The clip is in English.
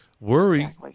worry